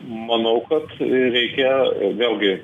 manau kad reikia vėlgi